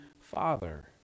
Father